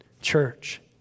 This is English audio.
church